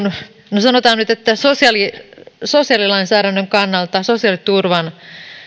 no sanotaan nyt sosiaalilainsäädännön kannalta sosiaaliturvan